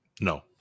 No